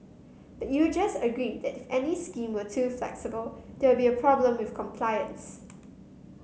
you just agreed that any scheme were too flexible there would be a problem with compliance